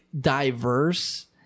diverse